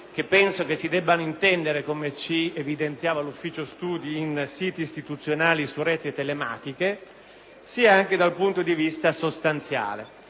che penso si debbano intendere, come evidenziava il Servizio Studi, come siti istituzionali su reti telematiche - né dal punto di vista sostanziale.